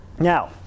Now